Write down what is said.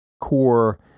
core